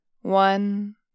one